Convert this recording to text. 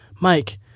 Mike